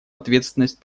ответственность